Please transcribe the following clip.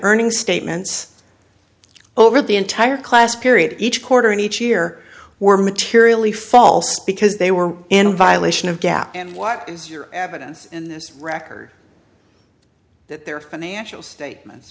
earnings statements over the entire class period each quarter and each year were materially false because they were in violation of gap and what is your evidence in this record that their financial statements